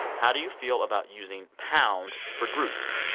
how do you feel about using pound for groups,